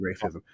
racism